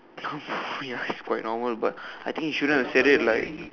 ya it's quite normal but I think you shouldn't have said it like